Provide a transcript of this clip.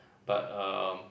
but erm